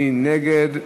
מי נגד?